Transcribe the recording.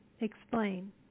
explain